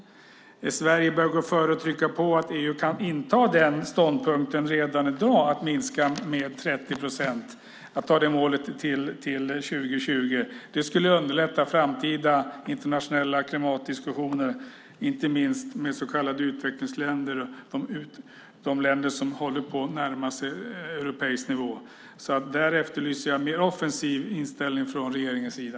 Sverige bör gå före och trycka på att EU kan inta ståndpunkten redan i dag att minska med 30 procent, att ha det målet till 2020. Det skulle underlätta framtida internationella klimatdiskussioner, inte minst med så kallade utvecklingsländer, de länder som håller på att närma sig europeisk nivå. Där efterlyser jag en mer offensiv inställning från regeringens sida.